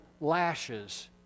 lashes